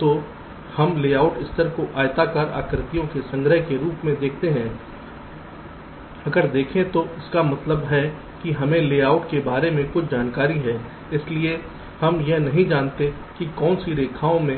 तो हम लेआउट स्तर को आयताकार आकृतियों के संग्रह के रूप में देखते हैं अगर देखें तो इसका मतलब है कि हमें लेआउट के बारे में कुछ जानकारी है इसलिए हम यह भी जानते हैं कि कौन सी रेखाओं में